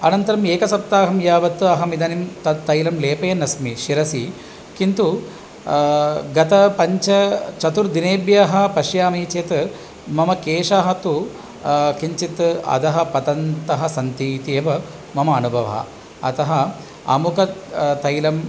अनन्तरम् एकसप्ताहं यावत् अहम् इदानीं तत् तैलं लेपयन् अस्मि शिरसि किन्तु गतपञ्चचतुर्दिनेभ्यः पश्यामि चेत् मम केशः तु किञ्चित् अधः पतन्तः सन्ति इति एव मम अनुभवः अतः अमुक तैलं